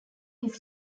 his